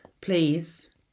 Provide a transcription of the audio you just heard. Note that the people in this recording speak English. please